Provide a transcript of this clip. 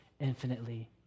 infinitely